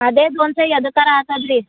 ಅದೇ ದೋನ್ಶೇ ಎದಕಾರೂ ಆತದ ರೀ